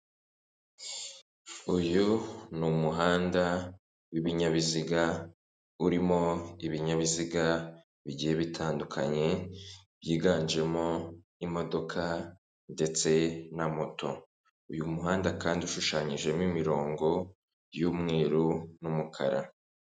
Uyu ni umuhanda w'ibinyabiziga, urimo ibinyabiziga bigiye bitandukanye byiganjemo imodoka ndetse na moto. Uyu muhanda kandi ushushanyijemo imirongo y'umweru n'umukara.